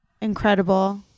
Incredible